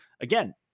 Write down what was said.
again